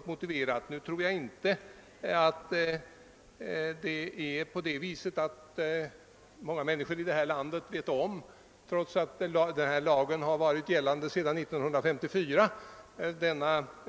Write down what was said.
Trots att lagen varit gällande ända sedan 1954 tror jag dock att det finns många människor i detta land som inte vet om att tidsfristen redan då